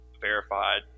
verified